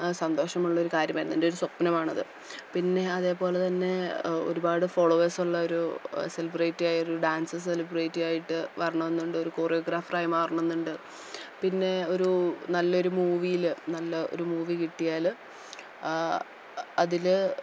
സന്തോഷമുള്ളൊരു കാര്യമായിരുന്നു എൻ്റെയൊരു സ്വപ്നമാണത് പിന്നെ അതേപോലെതന്നെ ഒരുപാട് ഫോള്ളോവെർസുള്ളൊരു സെലിബ്രറ്റിയായൊരു ഡാൻസ് സെലിബ്രറ്റിയായിട്ട് വരണമെന്നുണ്ട് ഒരു കൊറിയോഗ്രാഫറായി മാറണം എന്നുണ്ട് പിന്നെ ഒരു നല്ലൊരു മൂവിയിൽ നല്ല ഒരു മൂവി കിട്ടിയാൽ അതിൽ